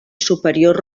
superior